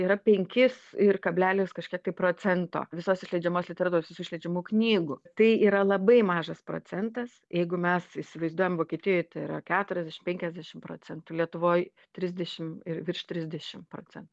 yra penkis ir kablelis kažkiek tai procento visos išleidžiamos literatūros visų išleidžiamų knygų tai yra labai mažas procentas jeigu mes įsivaizduojam vokietijoje yra keturiasdešim penkiasdešim procentų lietuvoj trisdešim ir virš trisdešim procentų